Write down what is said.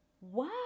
wow